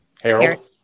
Harold